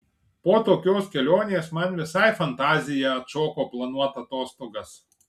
po tokios kelionės man visai fantazija atšoko planuot atostogas